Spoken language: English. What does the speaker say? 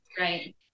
Right